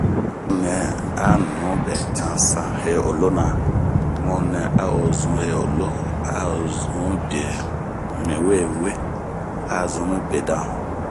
Mun nɛ a nubɛ cansan he olonan ,mu nɛ ao zun he oloh ,ahozun be miwewe,a sun mibedan